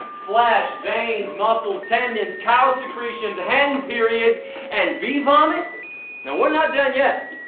flesh, veins, muscles, tendons, cow secretions, hen periods and bee vomit! now we're not done yet.